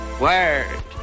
Word